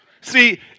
See